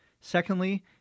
Secondly